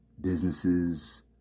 businesses